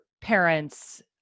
parents